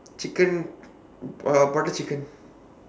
chicken uh butter chicken